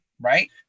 Right